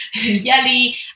yelly